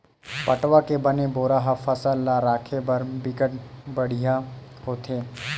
पटवा के बने बोरा ह फसल ल राखे बर बिकट बड़िहा होथे